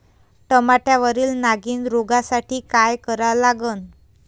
टमाट्यावरील नागीण रोगसाठी काय करा लागन?